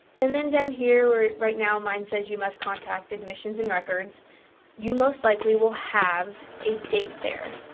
and then down here where right now mine says you must contact admissions and records you most likely will have a date there.